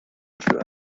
true